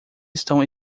estão